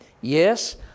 yes